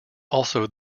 also